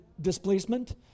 displacement